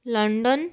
England